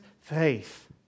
faith